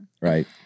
Right